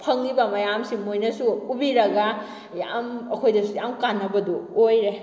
ꯐꯪꯉꯤꯕ ꯃꯌꯥꯝꯁꯦ ꯃꯣꯏꯅꯁꯨ ꯎꯕꯤꯔꯒ ꯌꯥꯝ ꯑꯩꯈꯣꯏꯗꯁꯨ ꯌꯥꯝ ꯀꯥꯟꯅꯕꯗꯣ ꯑꯣꯏꯔꯦ